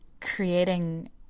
creating